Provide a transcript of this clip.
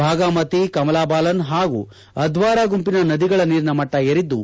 ಭಾಗಮತಿ ಕಮಲಾಬಾಲನ್ ಹಾಗೂ ಅಧ್ಲರಾ ಗುಂಪಿನ ನದಿಗಳ ನೀರಿನ ಮಟ್ನ ಏರಿದ್ದು